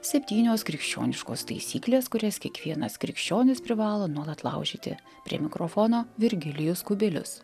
septynios krikščioniškos taisyklės kurias kiekvienas krikščionis privalo nuolat laužyti prie mikrofono virgilijus kubilius